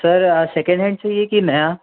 sir second hand चाहिए कि नया